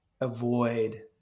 avoid